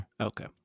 Okay